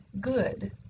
good